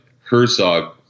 Herzog